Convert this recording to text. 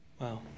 Wow